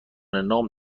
نام